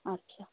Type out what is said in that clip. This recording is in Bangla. আচ্ছা